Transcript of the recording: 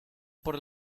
por